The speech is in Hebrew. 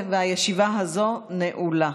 הישיבה הזאת נעולה.